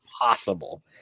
possible